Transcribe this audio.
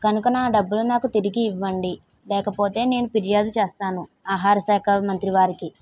కనుక నా డబ్బులు నాకు తిరిగి ఇవ్వండి లేకపోతే నేను ఫిర్యాదు చేస్తాను ఆహార శాఖ మంత్రి వారికి